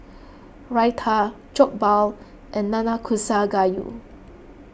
Raita Jokbal and Nanakusa Gayu